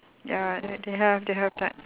ya they they have they have that